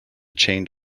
chained